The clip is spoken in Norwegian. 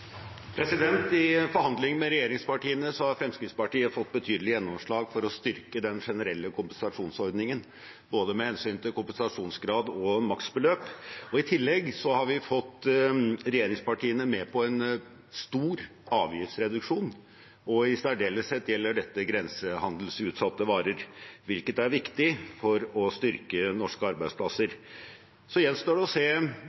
I forhandlingene med regjeringspartiene har Fremskrittspartiet fått betydelig gjennomslag for å styrke den generelle kompensasjonsordningen, både med hensyn til kompensasjonskrav og maksbeløp. I tillegg har vi fått regjeringspartiene med på en stor avgiftsreduksjon. I særdeleshet gjelder dette grensehandelsutsatte varer, hvilket er viktig for å styrke norske arbeidsplasser. Så gjenstår det å se